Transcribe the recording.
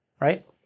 right